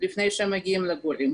לפני שמגיעים לגורים.